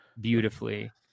beautifully